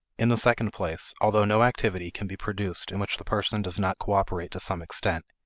in the second place, although no activity can be produced in which the person does not cooperate to some extent,